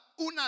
una